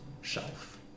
shelf